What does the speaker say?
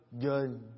Good